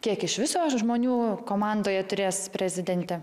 kiek iš viso žmonių komandoje turės prezidentė